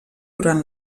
durant